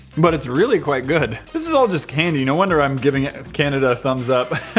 but it's really quite good. this is all just candy no wonder i'm giving it canada thumbs up.